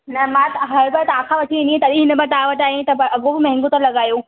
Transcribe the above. न मां हर बार तहांखां वठी वेंदी आ तॾहिं हिन बार तव्हां वटि आई आहियां तव्हां अॻो पोइ माहंगो था लॻायो